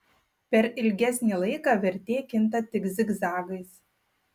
per ilgesnį laiką vertė kinta tik zigzagais